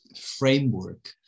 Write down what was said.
framework